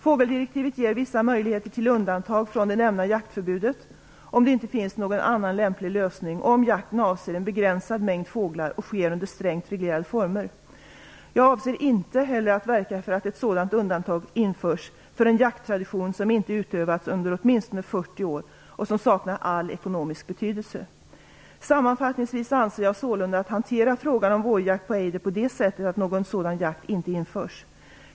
Fågeldirektivet ger vissa möjligheter till undantag från det nämnda jaktförbudet om det inte finns någon annan lämplig lösning och om jakten avser en begränsad mängd fåglar och sker under strängt reglerade former. Jag avser inte heller att verka för att ett sådant undantag införs för en jakttradition som inte utövats under åtminstone 40 år och som saknar all ekonomisk betydelse. Sammanfattningsvis avser jag således att hantera frågan om vårjakt på ejder på det sättet att någon sådan jakt inte införs.